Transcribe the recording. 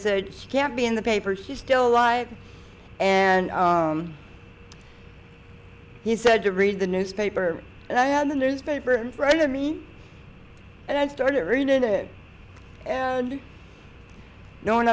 said he can't be in the paper he still lives and he said to read the newspaper and i had the newspaper in front of me and i started reading it and kno